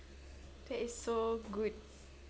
that is so good